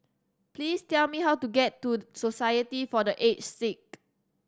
please tell me how to get to Society for The Aged Sick